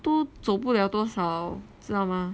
都走不了多少知道吗